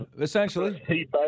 essentially